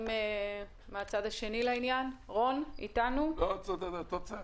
בהכנה שלי לקראת הדיון קיבלתי איזו שהיא אינדיקציה